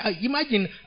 imagine